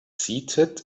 seated